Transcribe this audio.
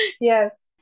Yes